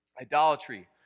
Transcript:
Idolatry